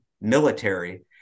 military